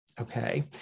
okay